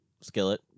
Skillet